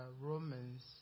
Romans